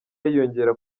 yiyongera